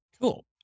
Cool